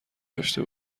داشته